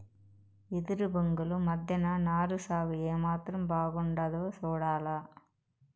ఎదురు బొంగుల మద్దెన నారు సాగు ఏమాత్రం బాగుండాదో సూడాల